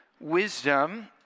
wisdom